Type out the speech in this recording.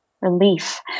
relief